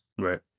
Right